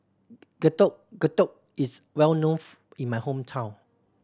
Getuk Getuk is well known in my hometown